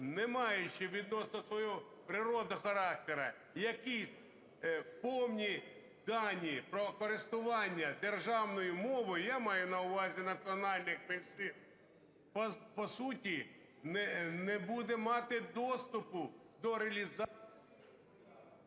не маючи відносно свого природного характеру якісь повні дані про користування державною мовою, я маю на увазі національних меншин, по суті не буде мати доступу до реалізації…